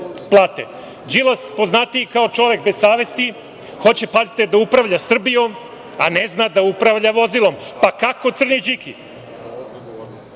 plate. Đilas, poznatiji kao čovek bez savesti hoće, pazite, da upravlja Srbijom, a ne zna da upravlja vozilom. Pa, kako, crni